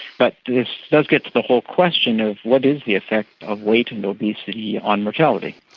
but this does get to the whole question of what is the effect of weight and obesity on mortality.